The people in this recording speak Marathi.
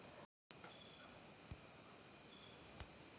शिक्षणाची कर्ज घेऊची प्रोसेस काय असा?